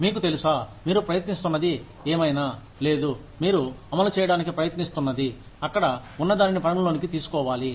మీకు తెలుసా మీరు ప్రయత్నిస్తున్నది ఏమైనా లేదు మీరు అమలుచేయడానికి ప్రయత్నిస్తున్నది అక్కడ ఉన్నదానిని పరిగణలోకి తీసుకోవాలి